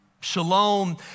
Shalom